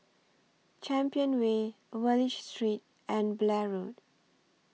Champion Way Wallich Street and Blair Road